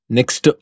Next